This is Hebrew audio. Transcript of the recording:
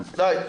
די.